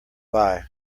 buy